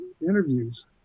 interviews